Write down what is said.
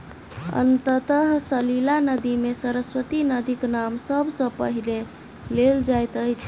अंतः सलिला नदी मे सरस्वती नदीक नाम सब सॅ पहिने लेल जाइत अछि